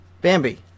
Bambi